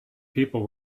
people